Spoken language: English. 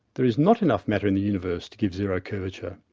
there is not enough matter in the universe to give zero curvature,